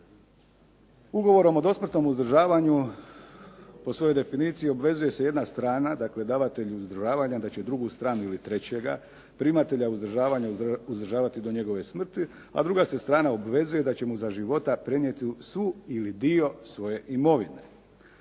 ugovorom o dosmrtnom uzdržavanju po svojoj definiciji obvezuje se jedna strana, dakle davatelju uzdržavanja da će drugu stranu ili trećega primatelja uzdržavanja uzdržavati do njegove smrti, a druga se strana obvezuje da će mu za života prenijeti svu ili dio svoje imovine.